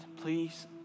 please